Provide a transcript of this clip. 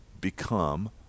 become